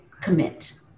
commit